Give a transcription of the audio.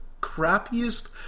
crappiest